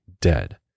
dead